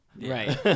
Right